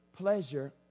pleasure